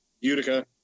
Utica